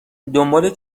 دنبال